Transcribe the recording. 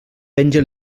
penja